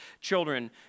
children